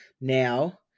now